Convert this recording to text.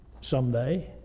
someday